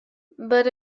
but